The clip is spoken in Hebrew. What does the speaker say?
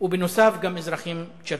ובנוסף גם אזרחים צ'רקסים.